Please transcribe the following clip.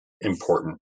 important